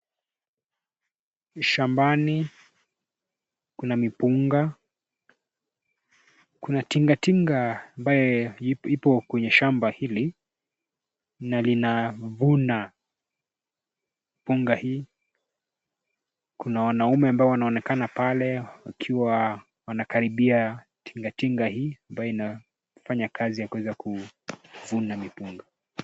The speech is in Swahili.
Shambani, kuna mipunga , kuna tinga tinga ambaye ipo kwenye shamba hili. Na linavuna mpunga hii, kuna wanaume ambao wanaonekana pale wakiwa wanakaribia tinga tinga hii ambayo inafanya kazi ya kuweza kuvuna mipunga.